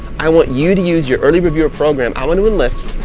i want you to use your early reviewer program. i want to enlist,